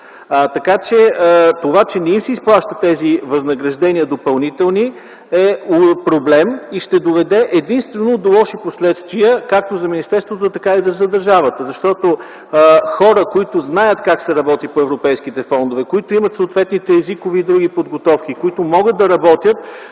Така че това, че не им се изплащат тези допълнителни възнаграждения, е проблем и ще доведе единствено до лоши последствия както за министерството, така и за държавата. Защото хора, които знаят как се работи по европейските фондове, които имат съответните езикови и други подготовки, които могат да работят,